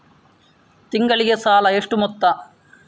ತಿಂಗಳಿಗೆ ಸಾಲ ಎಷ್ಟು ಮೊತ್ತ?